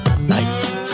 nice